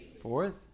Fourth